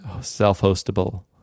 self-hostable